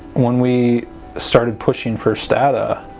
when we started pushing first data,